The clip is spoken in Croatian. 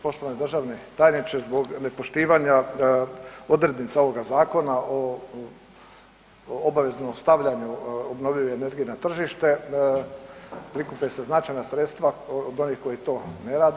Poštovani državni tajniče zbog nepoštivanja odrednica ovoga Zakona o obaveznom stavljanju obnovljive energije na tržište prikupe se značajna sredstva od onih koji to ne rade.